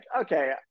okay